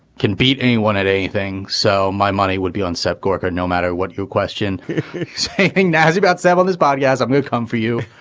can beat anyone at anything. so my money would be on set gawker, no matter what your question saying that has about seven, this body has um come for you.